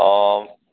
অঁ